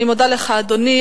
אני מודה לך, אדוני.